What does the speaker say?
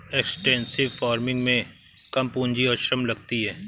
extensive farming में कम पूंजी और श्रम लगती है